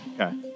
Okay